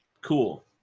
cool